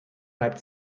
reibt